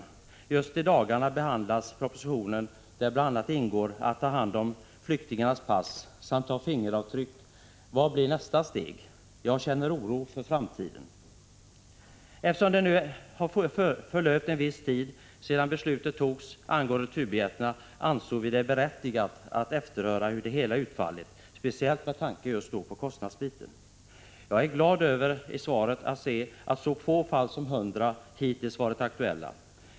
I dessa dagar bereds en proposition där det framförs förslag om omhändertagande av flyktingars pass samt om registrering av deras fingeravtryck. Vad blir nästa steg? Jag känner oro för framtiden. Eftersom det nu har förlöpt viss tid sedan beslutet angående returbiljetterna fattades, ansåg vi det berättigat att efterhöra hur det hela har utfallit, speciellt vad gäller kostnadssidan. Jag är glad över uppgiften i svaret att så få fall som 100 hittills varit aktuella.